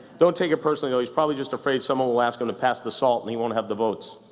don't take it personally, though, he's probably just afraid someone will ask him to pass the salt, and he won't have the votes.